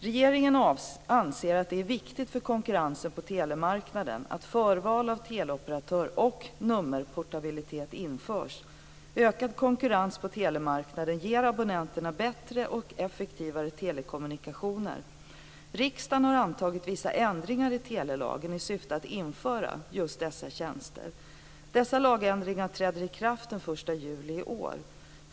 Regeringen anser att det är viktigt för konkurrensen på telemarknaden att förval av teleoperatör och nummerportabilitet införs. Ökad konkurrens på telemarknaden ger abonnenterna bättre och effektivare telekommunikationer. Riksdagen har antagit vissa ändringar i telelagen i syfte att införa just dessa tjänster. Dessa lagändringar träder i kraft den 1 juli 1999.